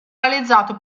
realizzato